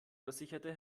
versicherte